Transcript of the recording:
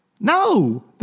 No